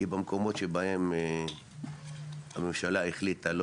כי במקומות שבהם הממשלה החליטה לא